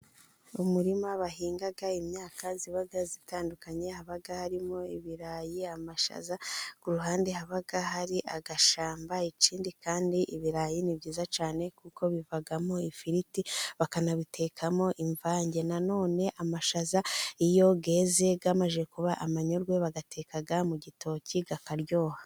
Umuririma bahinga mo imyaka iba itandukanye, haba harimo ibirayi, amashaza, ku ruhande haba hari agashamba, ikindi kandi ibirayi ni byiza cyane kuko bivamo ifiriti bakanabitekamo imvange. Na none amashaza iyo yeze amaze kuba amanyorwe bayateka mu gitoki akaryoha.